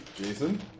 Jason